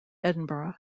edinburgh